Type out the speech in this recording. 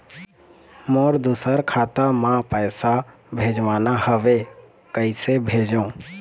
मोर दुसर खाता मा पैसा भेजवाना हवे, कइसे भेजों?